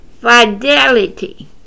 fidelity